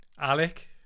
Alec